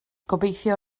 gobeithio